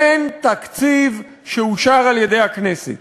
אין תקציב שאושר על-ידי הכנסת.